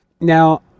Now